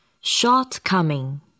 Shortcoming